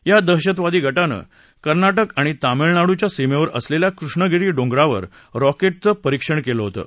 या दहशतवादी गटानं कर्नाटक आणि तामिळनाडूच्या सीमेवर असलेल्या कृष्णागिरी डोंगरावर रॅकेटचं प्ररिक्षण केलं होतं